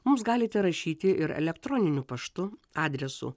mums galite rašyti ir elektroniniu paštu adresu